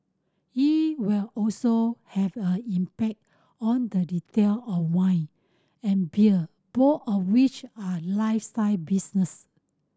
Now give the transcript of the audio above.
it will also have a impact on the retail of wine and beer both of which are lifestyle business